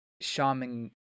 shaman